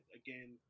again